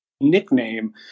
nickname